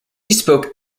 spoke